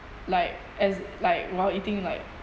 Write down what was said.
like as like while eating like